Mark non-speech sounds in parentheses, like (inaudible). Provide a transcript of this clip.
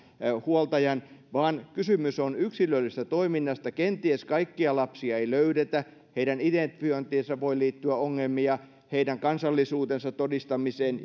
huoltajan vaan kysymys on yksilöllisestä toiminnasta kenties kaikkia lapsia ei löydetä heidän identifiointiinsa voi liittyä ongelmia heidän kansallisuutensa todistamiseen (unintelligible)